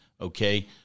okay